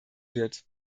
wird